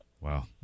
Wow